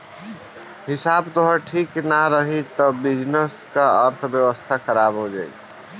हिसाब तोहार ठीक नाइ रही तअ बिजनेस कअ अर्थव्यवस्था खराब हो जाई